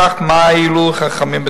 בכנסת עצמה התרחש התיאום,